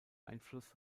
einfluss